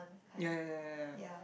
ya ya ya ya ya